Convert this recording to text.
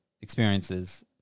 experiences